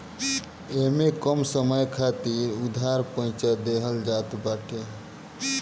इमे कम समय खातिर उधार पईसा देहल जात बाटे